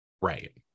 Right